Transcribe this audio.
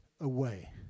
away